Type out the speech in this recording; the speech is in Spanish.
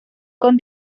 con